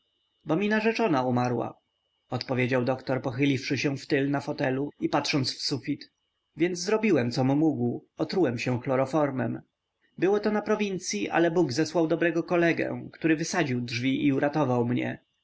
bo mi narzeczona umarła odpowiedział doktor pochyliwszy się na tył fotelu i patrząc w sufit więc zrobiłem com mógł otrułem się chloroformem było to na prowincyi ale bóg zesłał dobrego kolegę który wysadził drzwi i uratował mnie